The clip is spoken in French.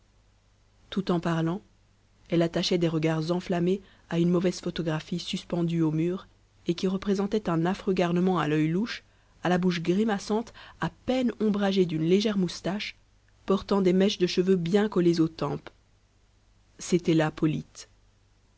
tout en parlant elle attachait des regards enflammés à une mauvaise photographie suspendue au mur et qui représentait un affreux garnement à l'œil louche à la bouche grimaçante à peine ombragée d'une légère moustache portant des mèches de cheveux bien collées aux tempes c'était là polyte